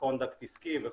קונדקט עסקי וכו'.